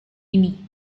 ini